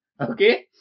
okay